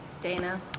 Dana